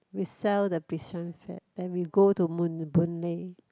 we sell the Bishan flat then we go to moon Boon-Lay